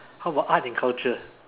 how about art and culture